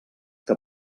que